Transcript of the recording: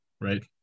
right